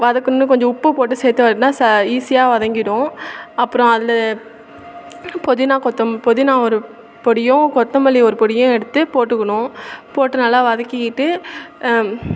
வதக்குணுன் கொஞ்சம் உப்பு போட்டு சேர்த்து வதக்குனால் சா ஈஸியாக வதங்கிடும் அப்புறம் அதில் புதினா கொத்த புதினா ஒரு பொடியும் கொத்தமல்லி ஒரு பொடியும் எடுத்து போட்டுக்கணும் போட்டு நல்லா வதக்கிக்கிட்டு